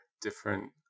different